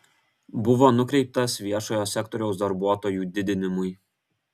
buvo nukreiptas viešojo sektoriaus darbuotojų didinimui